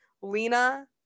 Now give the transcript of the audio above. Lena